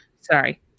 sorry